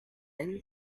and